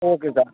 ஓகேக்கா